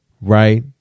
right